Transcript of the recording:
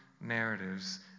narratives